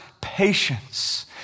patience